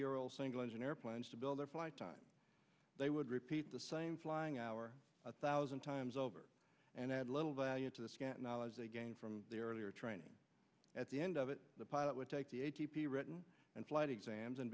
year old single engine airplanes to build their flight time they would repeat the same flying hour a thousand times over and add little value to the scant knowledge they gained from their earlier training at the end of it the pilot would take the a t p written and flight exams and